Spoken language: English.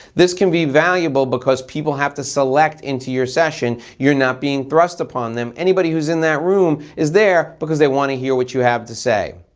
this can be valuable because people have to select into your session. you're not being thrust upon them. anybody who's in that room is there because they wanna hear what you have to say.